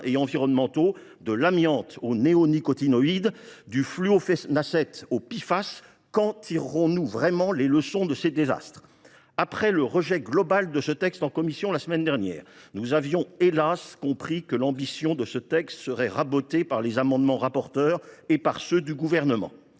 et environnementaux, de l’amiante aux néonicotinoïdes, du flufénacet aux polyfluoroalkylées (PFAS). Quand tirerons nous vraiment les leçons de ces désastres ? Après le rejet global de ce texte en commission la semaine dernière, nous avions, hélas ! compris que son ambition serait rabotée par les amendements de la rapporteure et du Gouvernement.